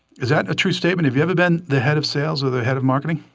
is that a true statement? have you ever been the head of sales or the head of marketing?